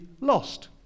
lost